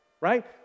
right